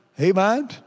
Amen